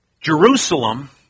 Jerusalem